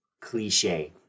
cliche